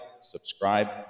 subscribe